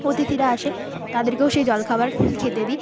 অতিথিরা আসে তাদেরকেও সেই জলখাবার খেতে দিই